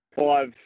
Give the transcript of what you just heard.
five